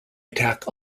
attack